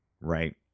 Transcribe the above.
Right